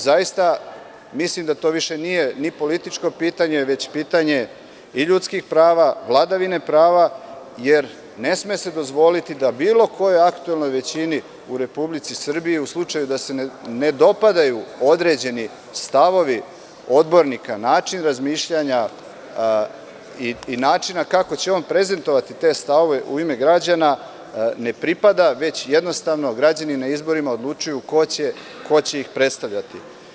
Zaista mislim da to više nije ni političko pitanje, već pitanje i ljudskih prava, vladavine prava, jer ne sme se dozvoliti da bilo kojoj aktuelnoj većini u Republici Srbiji, u slučaju da se ne dopadaju određeni stavovi odbornika, način razmišljanja i načina kako će on prezentovati te stavove u ime građana, ne pripada, već jednostavno građani na izborima odlučuju ko će ih predstavljati.